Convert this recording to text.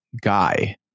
guy